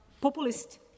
populist